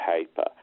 paper